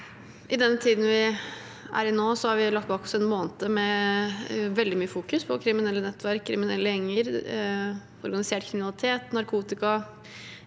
I den tiden vi er i nå, har vi lagt bak oss en måned med veldig mye fokus på kriminelle nettverk, kriminelle gjenger, organisert